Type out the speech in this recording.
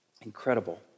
Incredible